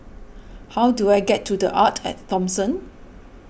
how do I get to the Arte at Thomson